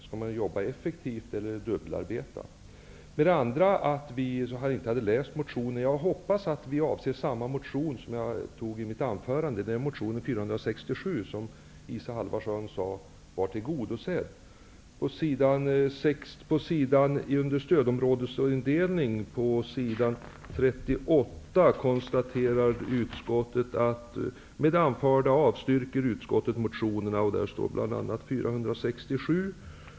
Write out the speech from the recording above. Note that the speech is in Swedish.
Skall man jobba effektivt eller dubbelarbeta? Isa Halvarsson sade att vi inte hade läst motionen. Jag hoppas att vi avser samma motion, dvs. den som jag nämnde i mitt anförande, A467.